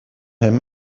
him